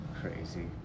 Crazy